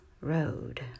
road